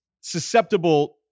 susceptible